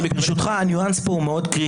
ברשותך, הניואנס פה הוא מאוד קריטי.